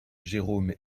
jérôme